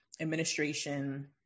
administration